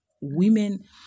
women